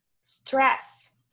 stress